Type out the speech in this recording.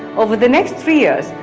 over the next three years,